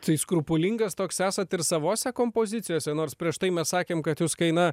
tai skrupulingas toks esat ir savose kompozicijose nors prieš tai mes sakėm kad jūs kai na